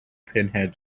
pinhead